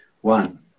One